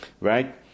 right